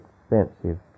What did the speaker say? expensive